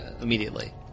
immediately